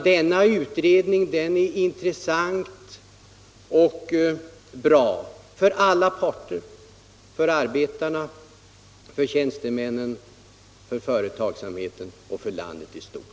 Denna utredning är intressant och bra för alla parter: för arbetarna, för tjänstemännen, för företagsamheten och för landet i stort.